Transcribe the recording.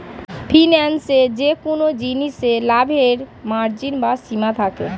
ফিন্যান্সে যেকোন জিনিসে লাভের মার্জিন বা সীমা থাকে